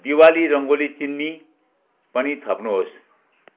दिवाली रङ्गोली चिन्नी पनि थप्नुहोस्